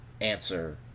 answer